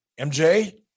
MJ